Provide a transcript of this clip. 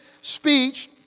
speech